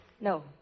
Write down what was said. No